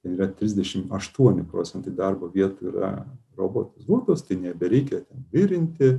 ten yra trisdešimt aštuoni proentai darbo vietų yra robotizuotos tai nebereikia ten virinti